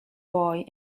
boy